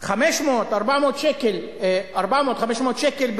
400, 500 שקלים בחודש.